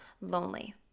lonely